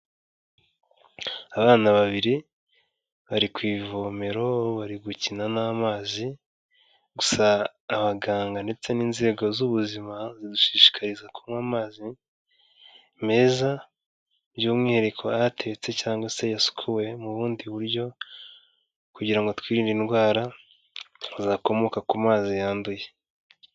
Abana babiri bari ku ivomero, bari gukina n'amazi gusa abaganga ndetse n'inzego z'ubuzima, zidushishikariza kunywa amazi meza, by'umwihariko atetse cyangwa se yasukuwe mu bundi buryo kugira ngo twirinde indwara zakomoka ku mazi yanduye.